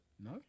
No